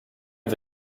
are